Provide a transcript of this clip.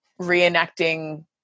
reenacting